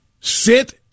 sit